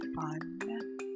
fun